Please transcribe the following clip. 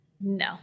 no